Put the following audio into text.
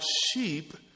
sheep